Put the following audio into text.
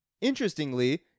Interestingly